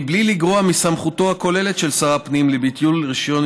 בלי לגרוע מסמכותו הכוללת של שר הפנים לביטול רישיון